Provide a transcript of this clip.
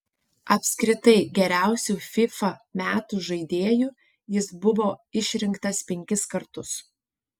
apskritai geriausiu fifa metų žaidėju jis buvo išrinktas penkis kartus